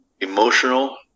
emotional